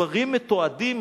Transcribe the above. הדברים מתועדים